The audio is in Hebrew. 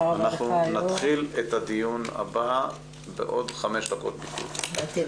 הישיבה ננעלה בשעה 12:27.